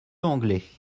anglais